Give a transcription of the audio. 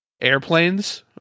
airplanes